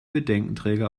bedenkenträger